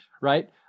Right